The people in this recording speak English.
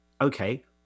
okay